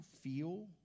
feel